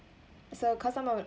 so cause I'm on the